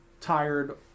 tired